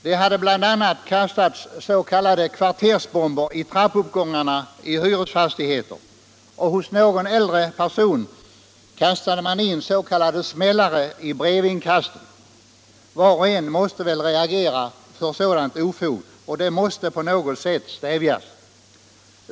Det hade bl.a. kastats s.k. kvartersbomber i trappuppgångarna i hyresfastigheter, och hos någon äldre person kastade man in s.k. smällare i brevinkastet. Var och en måste väl reagera mot sådant ofog, och det måste på något sätt stävjas.